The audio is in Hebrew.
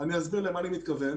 אני אסביר למה אני מתכוון.